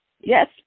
Yes